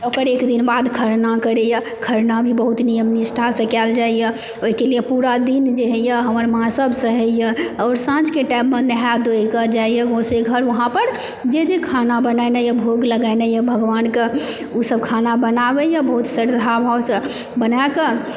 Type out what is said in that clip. ओकर एक दिन बाद खरना करैया खरना भी बहुत नियम निष्ठासँ कयल जाइया ओहिके लिए पूरा दिन जे होइया हमर माँ सब सहैया आओर साँझके टाइममे नहा धोइ कऽ जाइया भगवती घर वहाँ पर जे जे खाना बनेनाइ यऽ भोग लगेनाइ यऽ भगवान के ओ सब खाना बनाबै यऽ बहुत श्रद्धा भावसँ बना कऽ